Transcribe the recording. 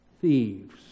thieves